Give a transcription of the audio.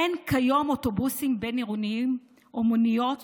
אין כיום אוטובוסים בין-עירוניים או מוניות